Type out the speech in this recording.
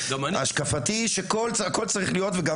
השקפתי שהכל צריך להיות,